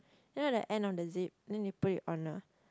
then it like end of the zip then they put it on a